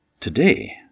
today